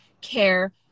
care